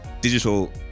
Digital